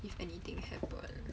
if anything happen